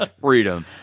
Freedom